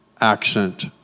accent